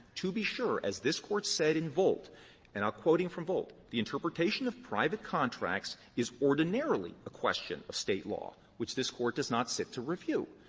to be sure as this court said in volt and i'm quoting from volt the interpretation of private contracts is ordinarily a question of state law which this court does not sit to review.